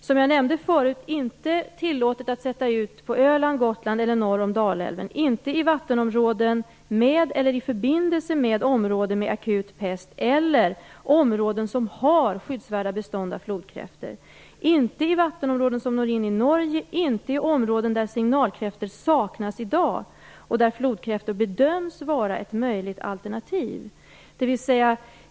Som jag nämnde förut är det inte tillåtet att sätta ut signalkräftor på Öland, Gotland eller norr om Dalälven, i vattenområden med eller i förbindelse med områden med akut pest eller områden som har skyddsvärda bestånd av flodkräftor, i vattenområden som når in i Norge eller i områden där signalkräftor saknas i dag och där flodkräftor bedöms vara ett möjligt alternativ.